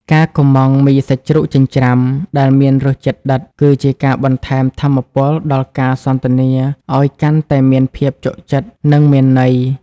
ការកម្ម៉ង់ មីសាច់ជ្រូកចិញ្ច្រាំ ដែលមានរសជាតិដិត គឺជាការបន្ថែមថាមពលដល់ការសន្ទនាឱ្យកាន់តែមានភាពជក់ចិត្ត និងមានន័យ។